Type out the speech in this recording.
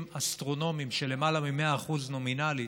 אסטרונומיים של למעלה מ-100% נומינלית,